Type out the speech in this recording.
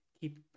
keep